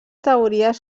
teories